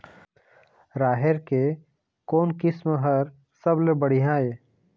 राहेर के कोन किस्म हर सबले बढ़िया ये?